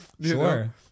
Sure